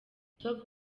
top